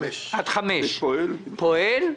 פועלים.